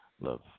love